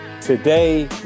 Today